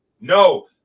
No